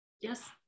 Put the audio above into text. Yes